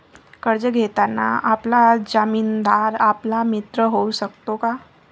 कर्ज घेताना आपला जामीनदार आपला मित्र होऊ शकतो का?